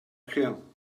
them